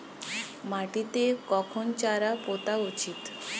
মাটিতে কখন চারা পোতা উচিৎ?